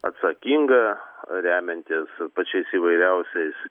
atsakinga remiantis pačiais įvairiausiais